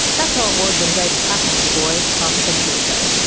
that's how it was when david paton was a boy, half a century ago.